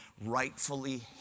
rightfully